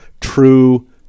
true